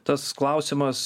tas klausimas